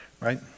right